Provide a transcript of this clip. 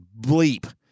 bleep